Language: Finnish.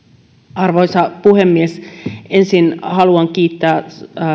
arvoisa puhemies ensin haluan kiittää